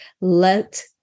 Let